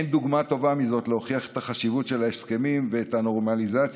אין דוגמה טובה מזאת להוכיח את החשיבות של ההסכמים ושל הנורמליזציה